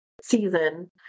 season